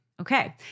Okay